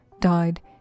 died